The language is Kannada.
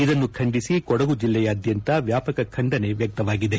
ಇದನ್ನು ಖಂಡಿಸಿ ಕೊಡಗು ಜಿಲ್ಲೆಯಾದ್ಯಂತ ವ್ಯಾಪಕ ಖಂಡನೆ ವ್ಯಕ್ತವಾಗಿದೆ